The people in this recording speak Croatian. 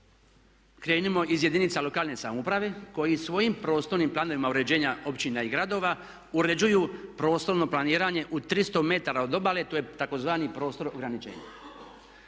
krenimo iz jedinica lokalne samouprave koji svojim prostornim planovima uređenja općina i gradova uređuju prostorno planiranje u 300 metara od obale, to je tzv. prostor ograničenja.